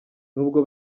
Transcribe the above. nubwo